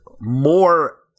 more